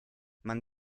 man